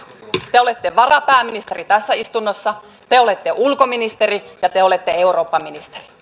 te te olette varapääministeri tässä istunnossa te olette ulkoministeri ja te olette eurooppaministeri